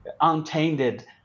untainted